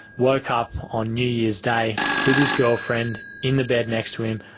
woke up on new year's day with his girlfriend, in the bed next to him,